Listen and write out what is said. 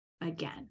again